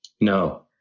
No